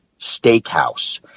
steakhouse